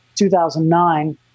2009